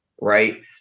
right